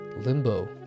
limbo